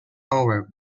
over